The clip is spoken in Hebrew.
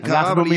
כי אנחנו משתדלים,